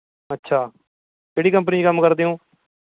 ਅੱਛਾ ਕਿਹੜੀ ਕੰਪਨੀ 'ਚ ਕੰਮ ਕਰਦੇ ਹੋ